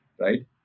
right